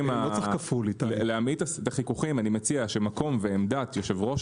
כדי להמעיט את החיכוכים אני מציע שמקום ועמדת יושב-ראש